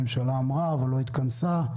הממשלה אמרה אבל לא התכנסה.